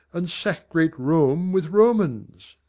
and sack great rome with romans.